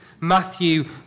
Matthew